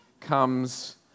comes